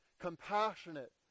compassionate